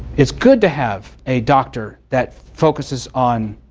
it's good to have a doctor that focuses on